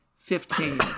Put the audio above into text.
Fifteen